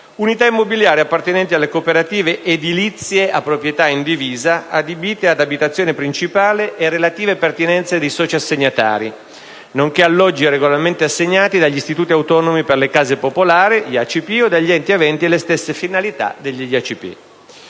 unità immobiliari appartenenti alle cooperative edilizie a proprietà indivisa, adibite ad abitazione principale e relative pertinenze dei soci assegnatari, nonché alloggi regolarmente assegnati dagli Istituti autonomi case popolari (IACP) o dagli enti aventi le stesse finalità degli IACP;